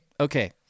Okay